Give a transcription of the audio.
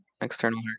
external